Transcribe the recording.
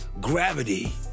gravity